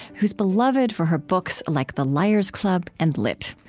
who's beloved for her books like the liars' club and lit.